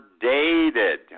dated